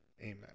Amen